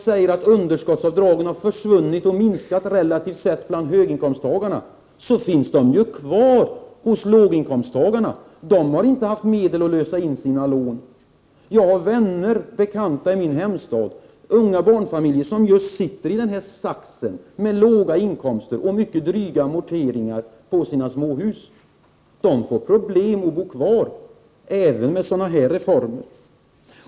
När underskottsavdragen har försvunnit eller minskat relativt sett bland höginkomsttagarna, finns de kvar hos låginkomsttagarna — de har inte haft medel för att lösa in sina lån. Jag har vänner och bekanta i min hemstad, unga barnfamiljer, som just sitter fast i den här saxen. De har låga inkomster och mycket dryga amorteringar på sina småhus. De får problem med att bo kvar även med sådana här reformer.